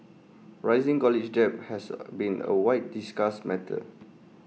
rising college debt has A been A widely discussed matter